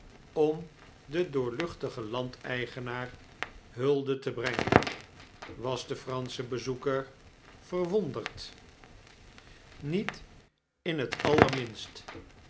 om den doorluchtigen landeigenaar hulde te brengen was de eransche bezoeker verwonderd met in t allerminst